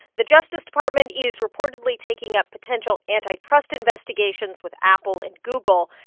the justice department is reportedly taking up potential antitrust investigations with apple and google.